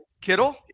Kittle